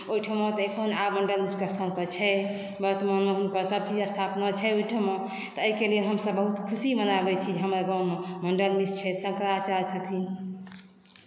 ओहिठाम तऽ अखन आब मण्डन मिश्रक स्थान पर छै वर्तमानमे हुनकर सभ चीज स्थापना छै ओहिठामा तऽ एहिके लेल हमसभ बहुत खुशी मनाबे छी जे हमर गाँवमे मण्डन मिश्र छथि शंकराचार्य छथि